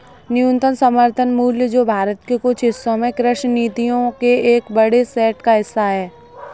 न्यूनतम समर्थन मूल्य जो भारत के कुछ हिस्सों में कृषि नीतियों के एक बड़े सेट का हिस्सा है